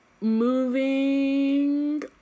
Moving